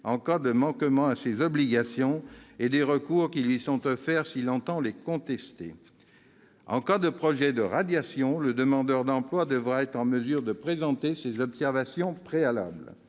en cas de manquement à ses obligations et des recours qui lui sont offerts s'il entend les contester. En cas de projet de radiation, le demandeur d'emploi devra être en mesure de présenter ses observations préalables.